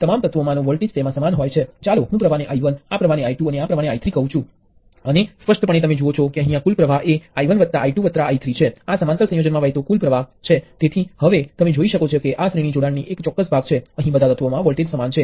મારી પાસે કોઈપણ એલિમેન્ટ હોઈ શકે છે તે એક રેઝિસ્ટર ઇન્ડક્ટર વોલ્ટેજ સ્ત્રોત હોઈ શકે છે અને શ્રેણીમાં આપણી પાસે ચોક્કસ પ્રવાહ I છે